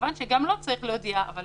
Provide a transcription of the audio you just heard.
כמובן שגם לו צריך להודיע, אבל